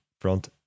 front